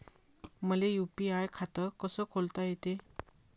मले यू.पी.आय खातं कस खोलता येते?